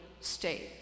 state